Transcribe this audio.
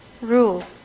rule